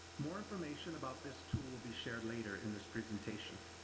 more information about this tool will be shared later in this presentation.